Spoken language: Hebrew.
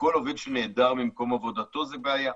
וכל עובד שנעדר ממקום עבודתו זה בעיה.